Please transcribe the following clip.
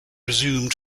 resumed